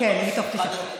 אחד הורידו.